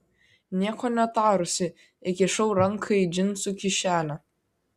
nieko netarusi įkišau ranką į džinsų kišenę